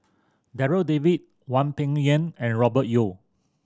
Darryl David Hwang Peng Yuan and Robert Yeo